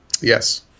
Yes